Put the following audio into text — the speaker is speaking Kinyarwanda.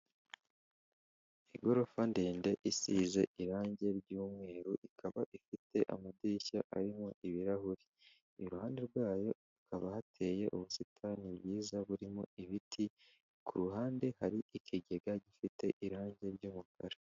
Igorofa ndende isize irangi ry'umweru, ikaba ifite amadirishya arimo ibirahuri. Iruhande rwayo hakaba hateye ubusitani bwiza burimo ibiti, ku ruhande hari ikigega gifite irangi ry'umukara.